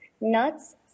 nuts